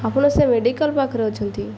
ଆପଣ ସେ ମେଡ଼ିକାଲ୍ ପାଖରେ ଅଛନ୍ତି